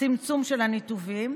צמצום של הניתובים